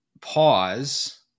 pause